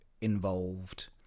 involved